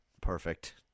perfect